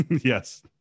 yes